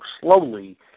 slowly